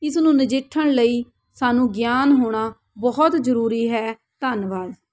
ਇਸ ਨੂੰ ਨਜਿੱਠਣ ਲਈ ਸਾਨੂੰ ਗਿਆਨ ਹੋਣਾ ਬਹੁਤ ਜ਼ਰੂਰੀ ਹੈ ਧੰਨਵਾਦ